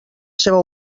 seva